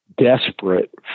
desperate